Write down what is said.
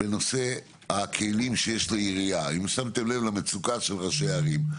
בנושא הכלים שיש לעירייה האם שמתם לב למצוקה של ראשי הערים?